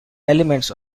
elements